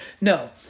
No